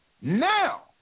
Now